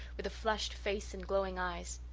with a flushed face and glowing eyes.